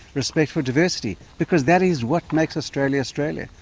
respect for diversity, because that is what makes australia australia.